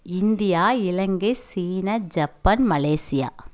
India Ilangai China Japan Malaysia